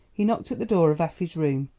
he knocked at the door of effie's room.